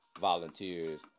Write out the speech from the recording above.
Volunteers